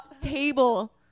Table